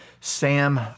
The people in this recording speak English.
Sam